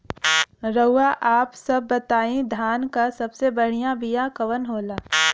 रउआ आप सब बताई धान क सबसे बढ़ियां बिया कवन होला?